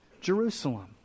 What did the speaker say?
Jerusalem